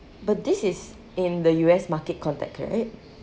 but this is in the U_S market contact correct